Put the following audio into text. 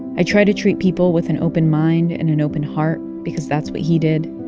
i try to treat people with an open mind and an open heart because that's what he did.